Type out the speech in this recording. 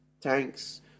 tanks